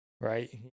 Right